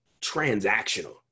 transactional